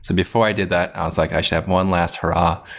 and before i did that, i was like i should have one last hurrah.